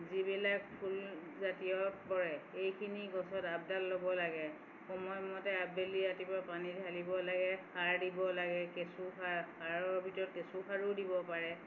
যিবিলাক ফুল জাতীয়ত পৰে সেইখিনি গছত আপডাল ল'ব লাগে সময়মতে আবেলি ৰাতিপুৱা পানী ঢালিব লাগে সাৰ দিব লাগে কেঁচু সাৰ সাৰৰ ভিতৰত কেঁচু সাৰো দিব পাৰে